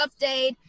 update